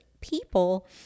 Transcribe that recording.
people